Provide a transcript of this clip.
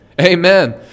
Amen